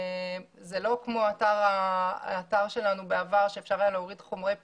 זה לא כמו האתר שלנו בעבר שאפשר היה להוריד חומרי פרסום.